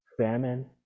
famine